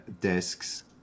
desks